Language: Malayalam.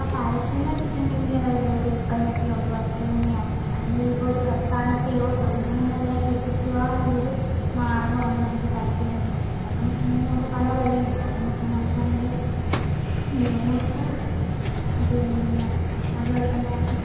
ഇപ്പം പരസ്യം എന്നു വെച്ചിട്ടുണ്ടെങ്കിൽ അതായത് ഒരു ഉൽപ്പന്നത്തെയോ ഒരു വസ്തുവിനെയോ അല്ലെങ്കിൽ ഇപ്പോൾ ഒരു പ്രസ്ഥാനത്തെയോ പൊതു ജനങ്ങളിലേക്ക് എത്തിക്കുവാനുള്ള ഒരു മാർഗ്ഗമാണ് നമുക്കു പരസ്യം എന്നു വെച്ചിട്ടുണ്ടെങ്കിൽ അപ്പോളെന്നു വെച്ചിട്ടുണ്ടെങ്കിൽ നമുക്ക് പല വഴിയുണ്ട് അപ്പോഴെന്നു വെച്ചിട്ടുണ്ടെങ്കിൽ നമുക്ക് വേണമെങ്കിൽ ന്യൂസ് പിന്നെ അതുപോലെ തന്നെ